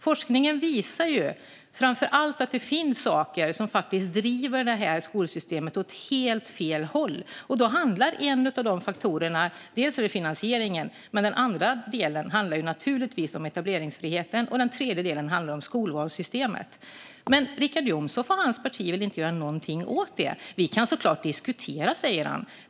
Forskningen visar framför allt att det finns saker som faktiskt driver det här skolsystemet åt helt fel håll. Det handlar bland annat om finansieringen. Men den andra delen handlar naturligtvis om etableringsfriheten. Och den tredje delen handlar om skolvalssystemet. Men Richard Jomshof och hans parti vill inte göra någonting åt det. Vi kan såklart diskutera, säger han.